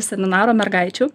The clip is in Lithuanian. seminaro mergaičių